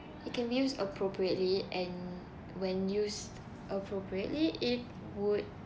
it can be used appropriately and when used appropriately it would